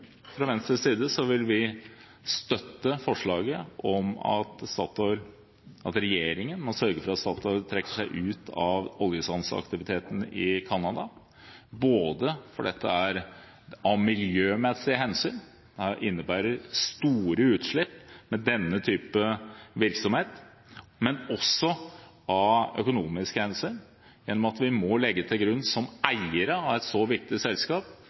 Fra Venstres side vil vi støtte forslaget om at regjeringen må sørge for at Statoil trekker seg ut av oljesandaktiviteten i Canada, både av miljømessige hensyn – det innebærer store utslipp med denne typen virksomhet – og også av økonomiske hensyn, i og med at vi som eiere av et så viktig selskap